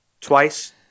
twice